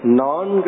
non